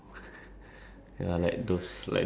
I think for me it's like um